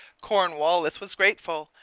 cornwallis was grateful,